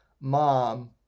mom